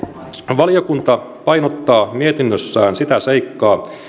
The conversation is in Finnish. valiokunta painottaa mietinnössään sitä seikkaa